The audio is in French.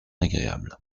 agréable